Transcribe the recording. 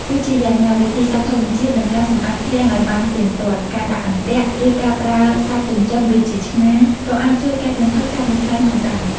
ទោះជាយ៉ាងណា វិធីសាស្ត្រធម្មជាតិ និងការសម្អាតឃ្លាំងឲ្យបានទៀងទាត់ ការដាក់អន្ទាក់ ឬការប្រើសត្វចិញ្ចឹមដូចជាឆ្មា ក៏អាចជួយកាត់បន្ថយការបំផ្លាញបានដែរ។